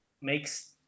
makes